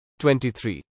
23